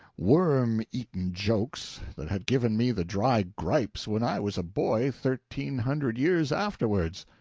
worm-eaten jokes that had given me the dry gripes when i was a boy thirteen hundred years afterwards.